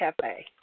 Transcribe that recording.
Cafe